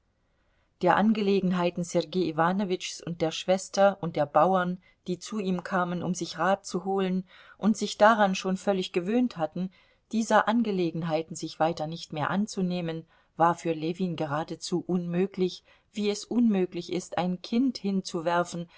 der angelegenheiten sergei iwanowitschs und der schwester und der bauern die zu ihm kamen um sich rat zu holen und sich daran schon völlig gewöhnt hatten dieser angelegenheiten sich weiter nicht mehr anzunehmen war für ljewin gerade so unmöglich wie es unmöglich ist ein kind hinzuwerfen